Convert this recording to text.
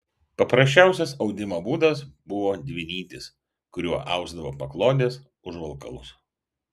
paprasčiausias audimo būdas buvo dvinytis kuriuo ausdavo paklodes užvalkalus